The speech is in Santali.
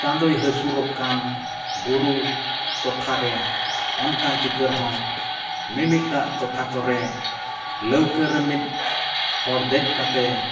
ᱪᱟᱸᱫᱳᱭ ᱦᱟᱹᱥᱩᱨᱚᱜ ᱠᱟᱱ ᱵᱩᱨᱩ ᱴᱚᱴᱷᱟᱨᱮ ᱚᱱᱠᱟᱱ ᱪᱤᱛᱟᱹᱨ ᱦᱚᱸ ᱢᱤᱢᱤᱫᱴᱟᱝ ᱴᱚᱴᱷᱟ ᱠᱚᱨᱮᱜ ᱞᱟᱹᱣᱠᱟᱹ ᱨᱮ ᱢᱤᱫ ᱦᱚᱲ ᱫᱮᱡ ᱠᱟᱛᱮᱫ